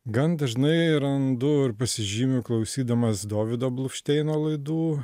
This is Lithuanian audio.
gan dažnai randu ir pasižymiu klausydamas dovydo bluvšteino laidų